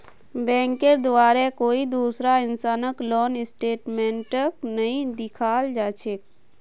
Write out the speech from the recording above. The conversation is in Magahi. बैंकेर द्वारे कोई दूसरा इंसानक लोन स्टेटमेन्टक नइ दिखाल जा छेक